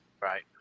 Right